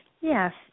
Yes